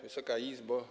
Wysoka Izbo!